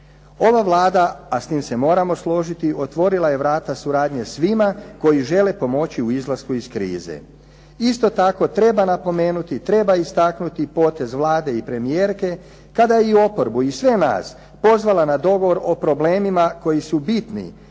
Ova Vlada, a s tim se moramo složiti otvorila je vrata suradnje svima koji žele pomoći u izlasku iz krize. Isto tako, treba napomenuti, treba istaknuti potez Vlade i premijerke kada je i oporbu i sve nas pozvala na dogovor o problemima koji su bitni,